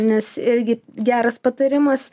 nes irgi geras patarimas